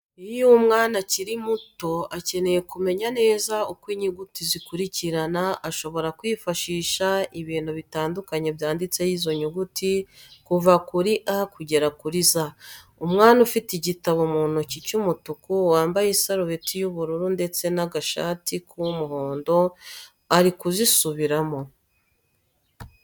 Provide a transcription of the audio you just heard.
Iyo umwana ukiri muto akeneye kumenya neza uko inyuguti zikurikirana ashobora kwifashisha ibintu bitandukanye byanditseho izo nyuguti kuva kuri A kugeza kuri Z. Umwana ufite igitabo mu ntoki cy'umutuku wambaye isarubeti y'ubururu ndetse n'agashati ku muhondo ari kuzisubiramo.